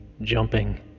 jumping